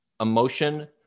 emotion